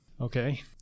okay